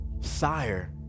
Sire